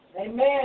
Amen